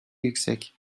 yüksek